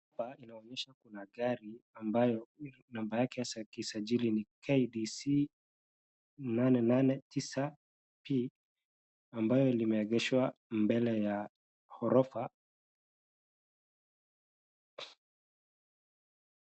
Hapa inaonyesha kuna gari ambayo namba yake ya kisajili ni KDC 889P, ambayo limeegeshwa mbele ya orofa.